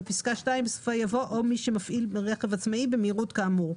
אני לא זוכר.